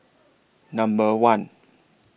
Number one